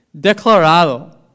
Declarado